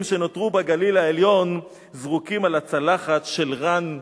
שנותרו בגליל העליון/ זרוקים על הצלחת של רן בן-שמעון".